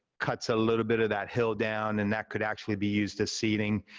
cuts a little bit of that hill down, and that could actually be used as seating.